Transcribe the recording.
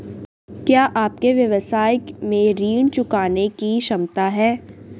क्या आपके व्यवसाय में ऋण चुकाने की क्षमता है?